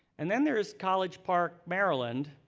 and then there's college park, maryland,